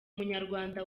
umunyarwanda